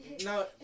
No